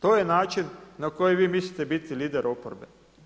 To je način na koji vi mislite biti lider oporbe?